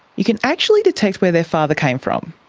you can actually detect where their father came from,